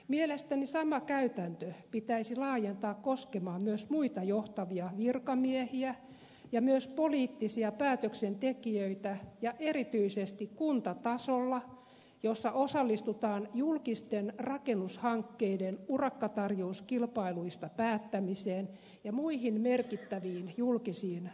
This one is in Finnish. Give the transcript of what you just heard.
mielestäni sama käytäntö pitäisi laajentaa koskemaan myös muita johtavia virkamiehiä ja myös poliittisia päätöksentekijöitä ja erityisesti kuntatasolla jossa osallistutaan julkisten rakennushankkeiden urakkatarjouskilpailuista päättämiseen ja muihin merkittäviin julkisiin hankintoihin